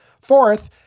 Fourth